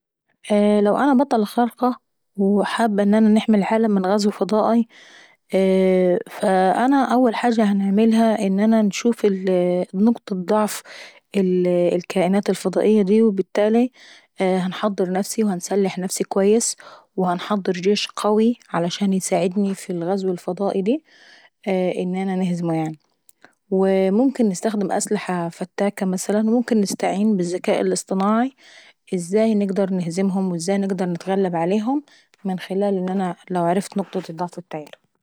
لو انا بطلة خارقاه وحابة نحمي العالم من غزو فضائاي اييه فانا اول حاجة هنعملهي ان انا نشوف نقطة ضعف الكائنات الفضائية دي. وبالتالاي هنحضر نفسي كويس وهنحضر جيش قوي علشان ايساعدني في الغزو الفضائي ديه ايه ان انا نهزمو يعناي. وو ممكن نستخدم اسلحة فتاكة مثلا وممكن نستعين بالذكاء الاصطناعاي ازاي نقدر نهزمهم وازاي نقدر نتغلب عليهم من خلال ان نعرف نقطة الضعف ابتاعتهم